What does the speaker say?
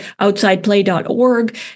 OutsidePlay.org